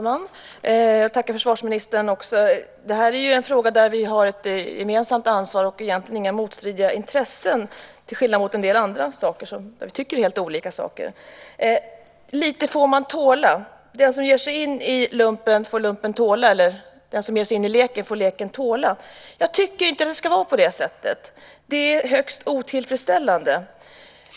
Fru talman! Jag tackar försvarsministern för svaret. Det här är en fråga där vi har ett gemensamt ansvar och egentligen inga motstridiga uppfattningar, till skillnad mot i en del andra frågor där vi tycker helt olika. Lite får man tåla; den som ger sig in i lumpen får lumpen tåla eller den som ger sig in i leken får leken tåla. Jag tycker inte att det ska vara på det sättet. Det är högst otillfredsställande.